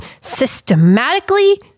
systematically